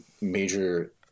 major